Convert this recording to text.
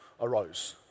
arose